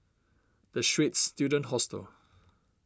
the Straits Students Hostel